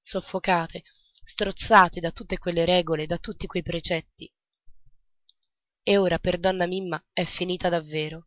soffocate strozzate da tutte quelle regole e da tutti quei precetti e ora per donna mimma è finita davvero